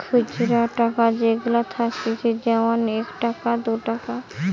খুচরা টাকা যেগুলা থাকতিছে যেমন এক টাকা, দু টাকা